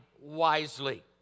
wisely